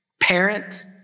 parent